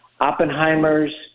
Oppenheimer's